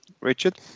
Richard